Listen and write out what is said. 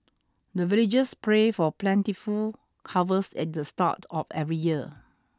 the villagers pray for plentiful harvest at the start of every year